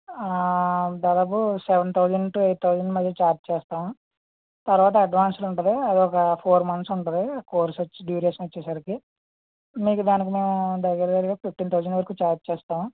దాదాపు seven thousand to eight thousand మళ్ళీ charge చేస్తాము తర్వాత అడ్వాన్స్ ఉంటుంది అది ఒక ఫోర్ మంత్స్ ఉంటుంది ఆ కోర్స్ వచ్చి డ్యూరేషన్ వచ్చేసరికి మీకు దానికి మేము దగ్గర దగ్గర ఫిఫ్టీన్ థౌసండ్ వరకు చార్జ్ చేస్తాం